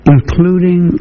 including